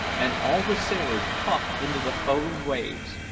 and all the sailors tossed into the foaming waves.